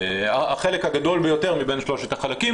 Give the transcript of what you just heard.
החלק הגדול ביותר מבין שלושת החלקים